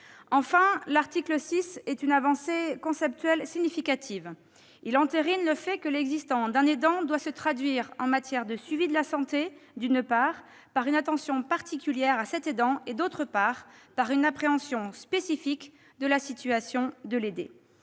Enfin, l'article 6 est une avancée conceptuelle significative. Il entérine le fait que l'existence d'un aidant doit se traduire en matière de suivi de la santé, d'une part, par une attention particulière à cet aidant et, d'autre part, par une appréhension spécifique de la situation de l'aidé.